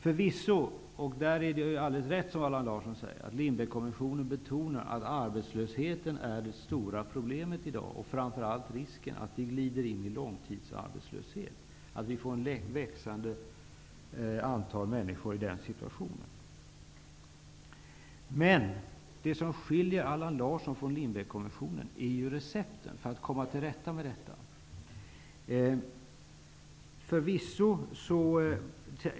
Förvisso är det alldeles rätt, som Allan Larsson säger, att Lindbeck-kommissionen betonar att arbetslösheten är det stora problemet i dag, framför allt risken att vi glider in i långtidsarbetslöshet, att vi får ett växande antal människor i den situationen. Det som skiljer Allan Larsson från Lindbeckkommissionen är recepten för att komma till rätta med problemen.